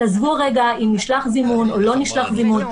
תעזבו רגע אם נשלח זימון או לא נשלח זימון.